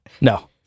No